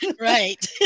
Right